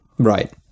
Right